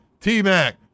T-Mac